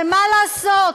ומה לעשות?